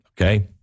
okay